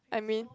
I mean